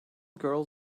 girls